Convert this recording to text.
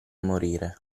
morire